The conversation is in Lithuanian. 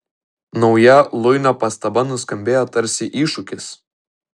nauja luinio pastaba nuskambėjo tarsi iššūkis